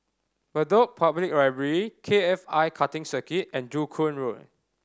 Bedok Public Library K F I Karting Circuit and Joo Koon Road